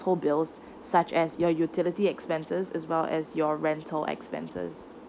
bills such as your utility expenses as well as your rental expenses